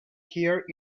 here